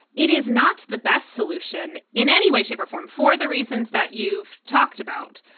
it is not the best solution in any way, shape or form for the reasons that you've talked about.